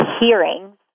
hearings